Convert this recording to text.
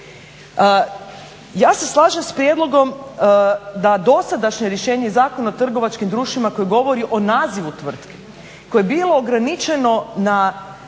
Ja se slažem s prijedlogom da dosadašnje rješenje Zakona o trgovačkim društvima koje govori o nazivu tvrtke koje je bilo ograničeno na